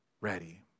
ready